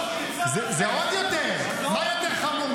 זה עוד יותר, מה יותר חמור?